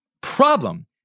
problem